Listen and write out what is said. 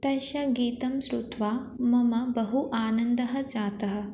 तस्य गीतं शृत्वा मम बहु आनन्दः जातः